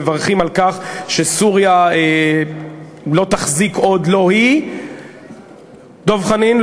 מברכים על כך שסוריה לא תחזיק עוד דב חנין,